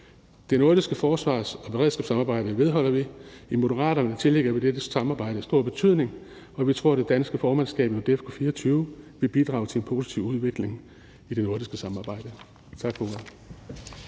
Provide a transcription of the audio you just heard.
Det nordiske forsvars- og beredskabssamarbejde vedholder vi. I Moderaterne tillægger vi dette samarbejde stor betydning, og vi tror, at det danske formandskab i NORDEFCO i 2024 vil bidrage til en positiv udvikling i det nordiske samarbejde. Tak for ordet.